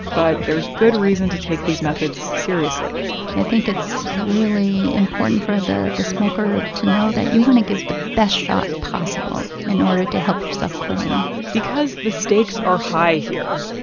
but there's good reason to take these methods seriously i think it's really important for the the smoker to know that you want to give the best shot possible in order to help yourself quitting because the stakes are high here.